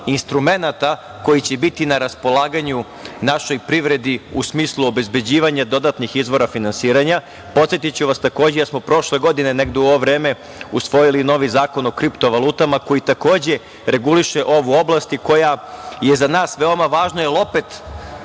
instrumenata koji će biti na raspolaganju našoj privredi u smislu obezbeđivanja dodatnih izvora finansiranja. Podsetiću vas takođe da smo prošle godine negde u ovo vreme usvojili i novi Zakon o kriptovalutama, koji takođe reguliše ovu oblast i koja je za nas veoma važna, jer opet